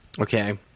okay